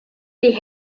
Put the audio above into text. die